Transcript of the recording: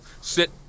sit